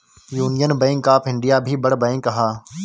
union bank of India भी बड़ bank हअ